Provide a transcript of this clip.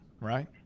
right